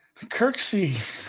kirksey